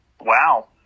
Wow